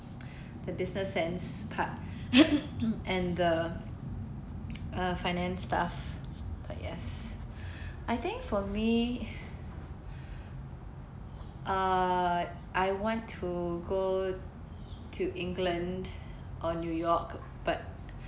the business sense part and the uh finance stuff but yes I think for me uh I want to go to england or new york but